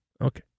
Okay